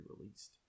released